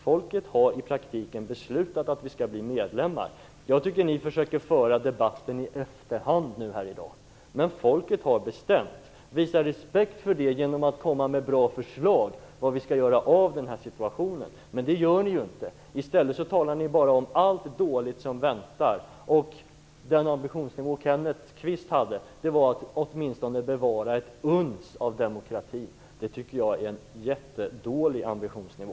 Folket har i praktiken beslutat att vårt land skall bli medlem. Ni försöker i dag föra en debatt i efterhand, men folket har bestämt sig. Ni borde visa respekt för det genom att föra fram bra förslag till hur vi skall klara denna situation, men det gör ni inte. Ni talar i stället bara om allt dåligt som väntar oss. Kenneth Kvists ambitionsnivå är att åtminstone bevara ett uns av demokrati. Jag tycker att det är en mycket låg ambitionsnivå.